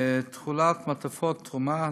ותכולת מעטפות תרומה.